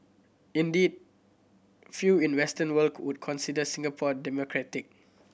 indeed few in the Western world would consider Singapore democratic